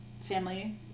family